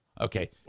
Okay